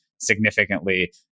significantly